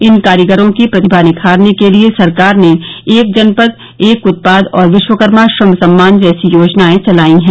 इन कारीगरों की प्रतिभा निखारने के लिये सरकार ने एक जनपद एक उत्पाद और विश्वकर्मा श्रम सम्मान जैसी योजनाएं चलाई है